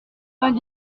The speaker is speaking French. vingt